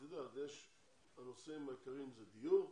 בסדר, אבל את יודעת, הנושאים העיקריים זה דיור,